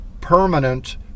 permanent